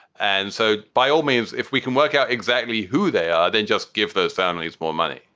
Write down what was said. and so, by all means, if we can work out exactly who they are, then just give those families more money.